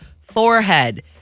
forehead